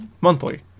monthly